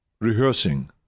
rehearsing